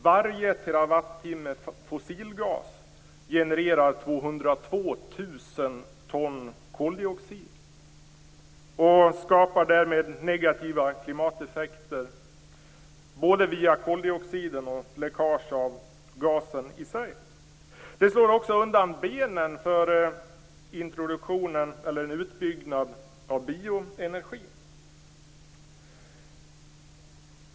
Varje terawattimme fossilgas genererar 202 000 ton koldioxid och skapar därmed negativa klimateffekter både via koldioxiden och via läckage av gasen i sig. Det slår också undan benen för introduktionen eller utbyggnaden av bioenergi.